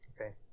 Okay